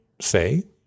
say